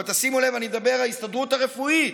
אבל שימו לב, אני מדבר על ההסתדרות הרפואית,